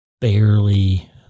barely